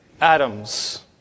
atoms